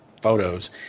photos